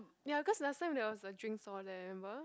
ya cause last time there was a drink stall there remember